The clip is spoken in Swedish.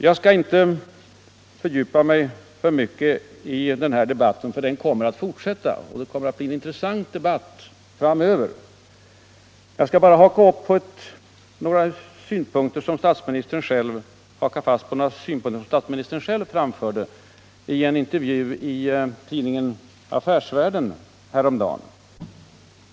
Jag skall inte fördjupa mig för mycket i den här debatten, för den kommer att fortsätta och det kommer att bli en intressant debatt framöver. Jag skall bara haka fast vid några synpunkter som statsministern själv framförde i en intervju i tidningen Affärsvärlden häromdagen.